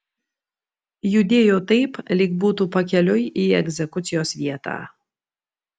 judėjo taip lyg būtų pakeliui į egzekucijos vietą